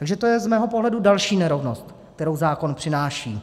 Takže to je z mého pohledu další nerovnost, kterou zákon přináší.